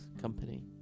company